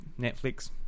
Netflix